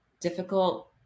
difficult